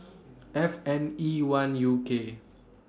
F N E one U K